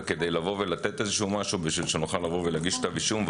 וכדי לבוא ולתת איזשהו משהו בשביל שנוכל להגיש כתב אישום,